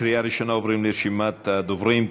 קריאה ראשונה, עוברים לרשימת הדוברים.